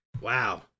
Wow